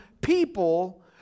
people